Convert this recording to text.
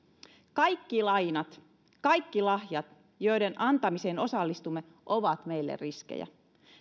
kaikki lainat kaikki lahjat joiden antamiseen osallistumme ovat meille riskejä